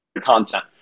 content